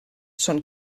són